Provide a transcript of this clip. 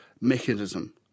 mechanism